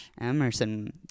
emerson